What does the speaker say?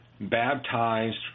baptized